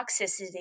toxicity